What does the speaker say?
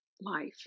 life